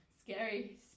Scary